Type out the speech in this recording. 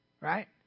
right